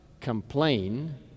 complain